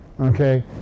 Okay